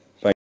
Thank